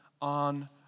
on